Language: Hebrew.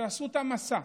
שעשו את המסע,